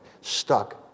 stuck